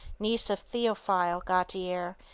niece of theophile gautier,